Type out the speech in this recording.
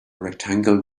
rectangle